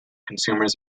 consumers